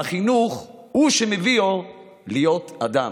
והחינוך הוא שמביאו להיות אדם.